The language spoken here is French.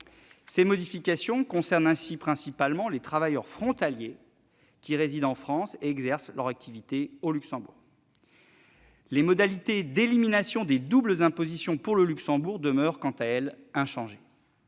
Ces modifications concernent ainsi principalement les travailleurs frontaliers qui résident en France et exercent leur activité au Luxembourg. Les modalités d'élimination des doubles impositions pour le Luxembourg demeurent, quant à elles, inchangées.